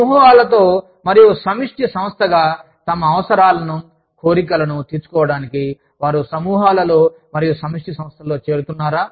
సమూహాలతో మరియు సమిష్టి సంస్థగా తమ అవసరాలను కోరికలను తీర్చుకోవడానికి వారు సమూహాలలో మరియు సమిష్టి సంస్థలలో చేరుతున్నారా